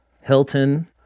Hilton